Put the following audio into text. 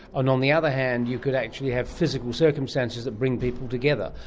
and on the other hand you could actually have physical circumstances that bring people together.